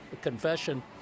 confession